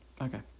okay